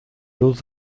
luz